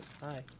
Hi